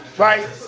Right